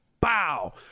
bow